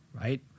right